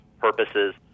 purposes